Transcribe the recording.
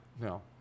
no